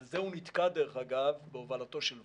על זה הוא נתקע, דרך אגב, בהובלתו של וובה.